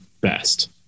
Best